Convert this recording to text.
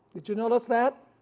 did you notice that?